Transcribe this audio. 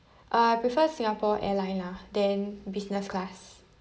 uh I prefer Singapore Airlines ah then business class